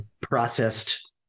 processed